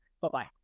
Bye-bye